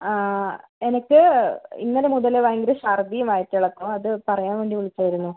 ആ എനിക്ക് ഇന്നലെ മുതൽ ഭയങ്കര ഛർദ്ദിയും വയറ്റിളക്കവും അത് പറയാൻ വേണ്ടി വിളിച്ചിരുന്നു